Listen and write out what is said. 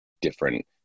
different